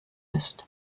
ist